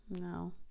No